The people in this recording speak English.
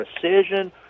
precision